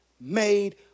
made